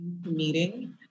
meeting